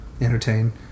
entertain